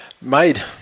made